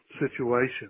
situation